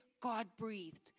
God-breathed